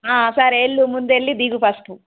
సరే వెళ్ళు ముందు వెళ్ళి దిగు ఫస్ట్